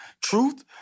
truth